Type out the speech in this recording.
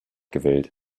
gewählt